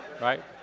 Right